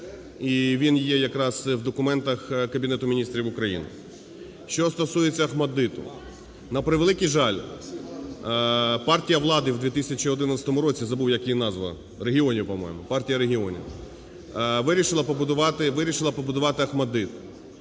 він є якраз в документах Кабінету Міністрів України. Що стосується "ОХМАТДИТу", на превеликий жаль, партія влади в 2011 році (забув як її назва, "Регіонів", по-моєму, "Партія регіонів") вирішила побудувати...